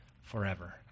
forever